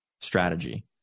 strategy